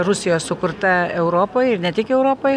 rusijos sukurta europoj ir ne tik europoj